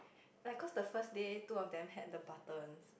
like cause the first day two of them had the buttons